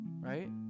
Right